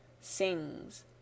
sings